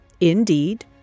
Indeed